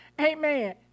Amen